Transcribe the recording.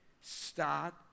Start